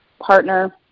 partner